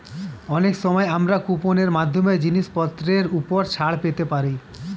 অনেক সময় আমরা কুপন এর মাধ্যমে জিনিসপত্রের উপর ছাড় পেতে পারি